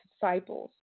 disciples